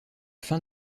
fin